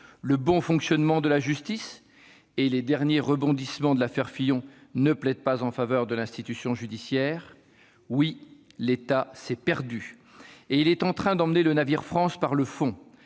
le bon fonctionnement de la justice- les derniers rebondissements de l'affaire Fillon ne plaident pas en faveur de l'institution judiciaire. Oui l'État s'est perdu, et il est en train d'envoyer le navire France par le fond,